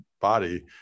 body